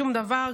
שום דבר,